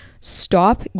Stop